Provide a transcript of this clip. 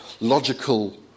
logical